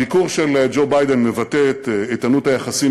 הביקור של ג'ו ביידן מבטא את איתנות היחסים